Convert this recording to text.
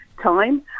time